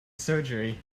surgery